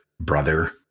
brother